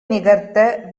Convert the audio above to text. நிகர்த்த